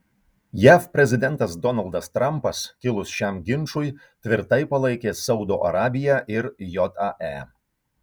jav prezidentas donaldas trampas kilus šiam ginčui tvirtai palaikė saudo arabiją ir jae